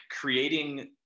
creating